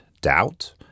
doubt